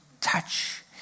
touch